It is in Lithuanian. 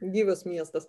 gyvas miestas